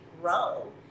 grow